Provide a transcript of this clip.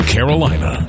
Carolina